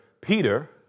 Peter